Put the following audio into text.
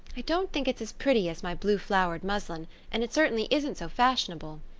i don't think it's as pretty as my blue-flowered muslin and it certainly isn't so fashionable.